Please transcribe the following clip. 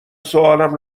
سوالم